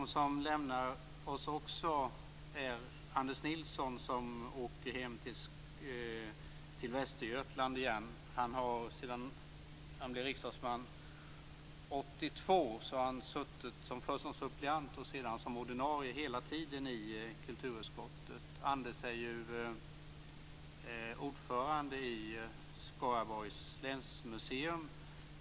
De som också lämnar oss är Anders Nilsson, som åker hem till Västergötland igen. Han har sedan han blev riksdagsman 1982 först varit suppleant och sedan ordinarie ledamot i kulturutskottet. Anders är ju ordförande i Skaraborgs Länsmuseum.